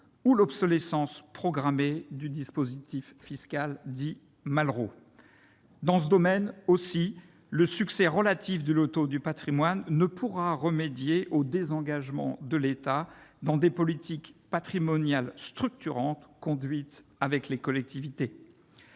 ou l'obsolescence programmée du dispositif fiscal dit Malraux. Dans ce domaine aussi, le succès relatif du loto du patrimoine ne pourra remédier au désengagement de l'État dans des politiques patrimoniales structurantes conduites avec les collectivités.